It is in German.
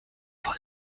voll